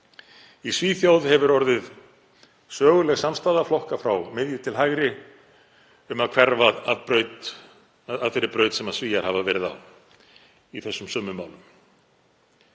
Í Svíþjóð hefur orðið söguleg samstaða flokka frá miðju til hægri um að hverfa af þeirri braut sem Svíar hafa verið á í þessum sömu málum.